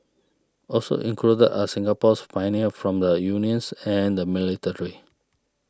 also included are Singapore's pioneers from the unions and the military